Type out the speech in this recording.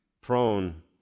prone